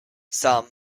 some